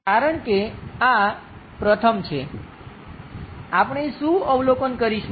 કારણ કે આ પ્રથમ છે આપણે શું અવલોકન કરીશું